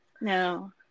No